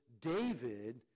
David